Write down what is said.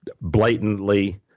blatantly